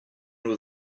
nhw